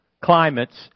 climates